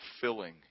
filling